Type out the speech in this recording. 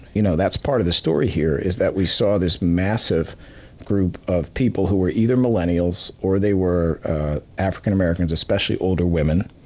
you know that's part of the story here is that we saw this massive group of people who were either millennials or they were african americans, especially older women.